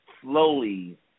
slowly